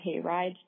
hayride